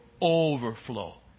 overflow